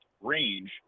range